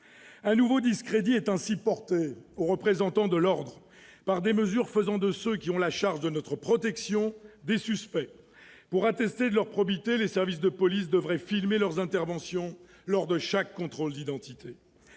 Un nouveau discrédit est ainsi porté aux représentants de l'ordre par des mesures faisant de ceux qui ont la charge de notre protection des suspects. Pour attester de leur probité, les services de police devraient filmer leurs interventions lors de chaque contrôle d'identité.